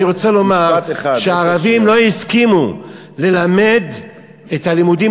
אני רוצה לומר שערבים לא הסכימו ללמד את הלימודים,